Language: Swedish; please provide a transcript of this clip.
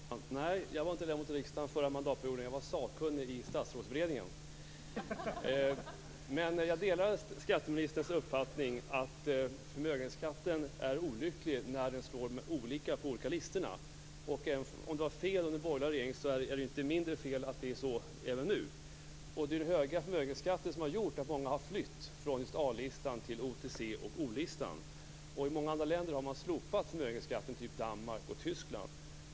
Fru talman! Nej, jag var inte ledamot av riksdagen under den förra mandatperioden. Jag var sakkunnig i Statsrådsberedningen. Men jag delar skatteministerns uppfattning att förmögenhetsskatten är olycklig när den slår olika på de olika listorna. Om det var fel under den borgerliga regeringen så är det ju inte mindre fel att det är så även nu. Det är den höga förmögenhetsskatten som har gjort att många har flytt från just A-listan till OTC listan och O-listan. I många andra länder har man slopat förmögenhetsskatten, t.ex. i Danmark och Tyskland.